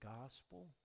gospel